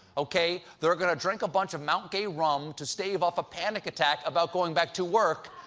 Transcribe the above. okay. they're going to drink a bunch of mount gay rum to stave off a panic attack about going back to work.